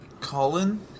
Colin